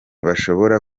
bashobora